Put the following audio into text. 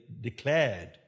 declared